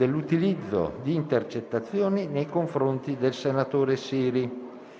all'utilizzo di intercettazioni di conversazioni